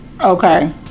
Okay